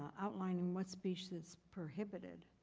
outline and what speech is prohibited.